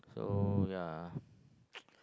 so yeah